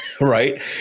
right